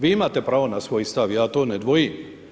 Vi imate pravo na svoj stav, ja to ne dvojim.